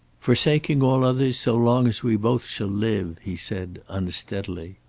forsaking all others, so long as we both shall live, he said, unsteadily.